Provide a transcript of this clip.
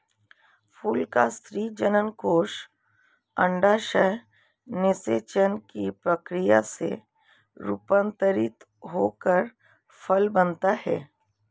फूल का स्त्री जननकोष अंडाशय निषेचन की प्रक्रिया से रूपान्तरित होकर फल बनता है